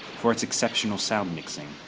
for its exceptional sound mixing,